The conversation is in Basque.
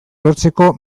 lortzeko